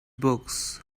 books